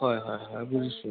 হয় হয় হয় বুজিছোঁ